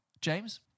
James